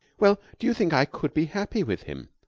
well, do you think i could be happy with him?